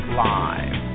live